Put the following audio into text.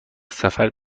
سفر